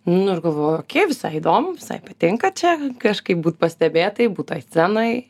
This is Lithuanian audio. nu ir galvoju okei visai įdomu visai patinka čia kažkaip būt pastebėtai būt toj scenoj